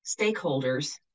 stakeholders